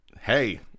hey